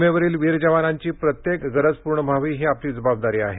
सीमेवरील वीर जवानांची प्रत्येक गरज पूर्ण व्हावी ही आपली जबाबदारी आहे